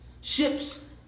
ships